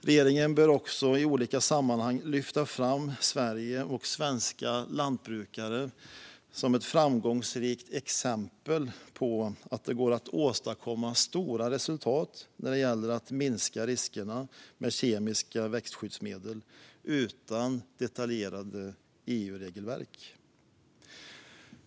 Regeringen bör också i olika sammanhang lyfta fram Sverige och svenska lantbrukare som ett framgångsrikt exempel på att det går att åstadkomma stora resultat när det gäller att minska riskerna med kemiska växtskyddsmedel utan detaljerade EU-regelverk.